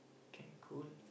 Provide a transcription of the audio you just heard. can cool